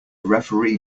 referee